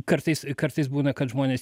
kartais kartais būna kad žmonės